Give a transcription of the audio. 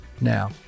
now